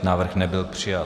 Návrh nebyl přijat.